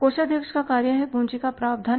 कोषाध्यक्ष का कार्य है पूँजी का प्रावधान